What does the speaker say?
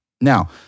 Now